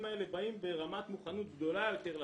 האלה יגיעו ברמת מוכנות גדולה יותר לצבא,